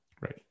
right